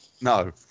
No